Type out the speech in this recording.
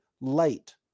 light